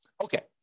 Okay